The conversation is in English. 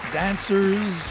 dancers